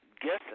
guessing